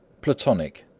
platonic,